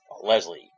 Leslie